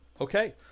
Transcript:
Okay